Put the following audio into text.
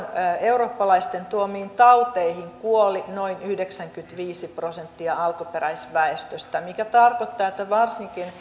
eurooppalaisten tuomiin tauteihin kuoli noin yhdeksänkymmentäviisi prosenttia alkuperäisväestöstä mikä tarkoittaa sitä että varsinkin